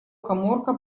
каморка